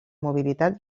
mobilitat